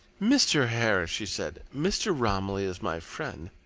mr. harris, she said, mr. romilly is my friend,